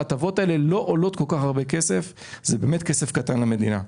ההטבות האלו לא עולות כל כך הרבה כסף - זה באמת כסף קטן למדינה.